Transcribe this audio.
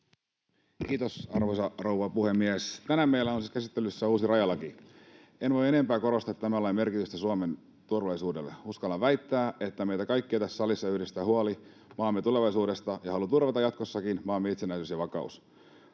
Kiitos, arvoisa rouva puhemies! Tänään meillä on käsittelyssä uusi rajalaki. En voi enempää korostaa tämän lain merkitystä Suomen turvallisuudelle. Uskallan väittää, että meitä kaikkia tässä salissa yhdistää huoli maamme tulevaisuudesta ja halu turvata jatkossakin maamme itsenäisyys ja vakaus.